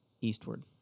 eastward